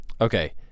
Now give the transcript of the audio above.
Okay